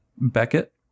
Beckett